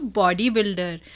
bodybuilder